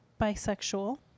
Bisexual